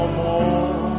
more